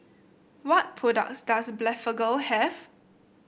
what products does Blephagel have